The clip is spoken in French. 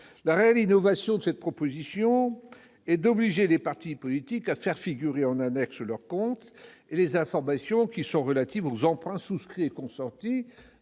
La réelle innovation de cette proposition de loi est d'obliger les partis politiques à faire figurer en annexe de leurs comptes les informations relatives aux emprunts souscrits et consentis.